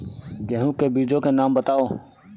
गेहूँ के बीजों के नाम बताओ?